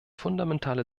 fundamentale